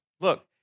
Look